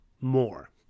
more